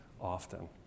often